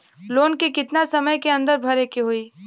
Loan के कितना समय के अंदर भरे के होई?